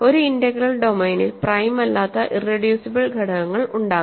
ഒരു ഇന്റഗ്രൽ ഡൊമെയ്നിൽ പ്രൈം അല്ലാത്ത ഇറെഡ്യൂസിബിൾ ഘടകങ്ങൾ ഉണ്ടാകാം